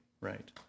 right